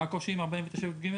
מה הקושי עם 49(י"ג)?